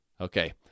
Okay